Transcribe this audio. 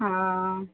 हा